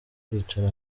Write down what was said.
kwicara